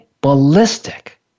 ballistic